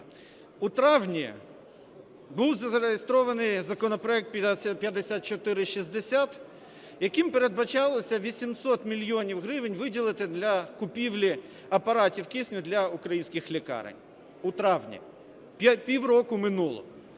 У травні був зареєстрований законопроект 5460, яким передбачалося 800 мільйонів гривень виділити для купівлі апаратів кисню для українських лікарень. У травні пів року минуло.